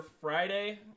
Friday